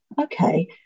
okay